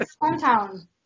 hometown